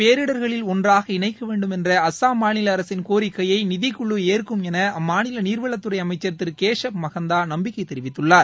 மண் அரிப்பையும் பேரிடர்களில் ஒன்றாக இணைக்க வேண்டும் என்ற அஸ்ஸாம் மாநில அரசின் கோரிக்கையை நிதிக்குழு ஏற்கும் என அம்மாநில நீர்வளத்துறை அமைச்சர் திரு கேஷப் மஹந்தா நம்பிக்கை தெரிவித்துள்ளார்